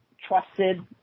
trusted